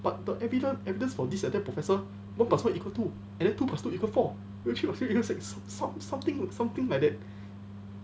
but the evidence evidence for this or that professor one plus one equal two and then two plus two equal four and then three plus three equal six some~ something something like that